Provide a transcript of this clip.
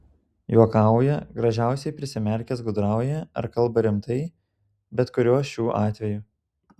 juokauja gražiausiai prisimerkęs gudrauja ar kalba rimtai bet kuriuo šių atvejų